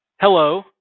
Hello